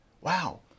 wow